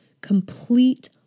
complete